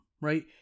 right